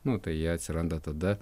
nu tai jie atsiranda tada